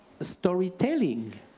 storytelling